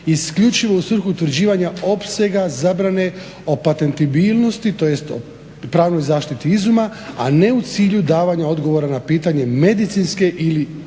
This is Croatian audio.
isključivo u svrhu utvrđivanja opsega zabrane o patentibilnosti tj. o pravnoj zaštiti izuma a ne u cilju davanja odgovora na pitanje medicinske ili